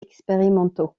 expérimentaux